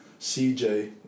CJ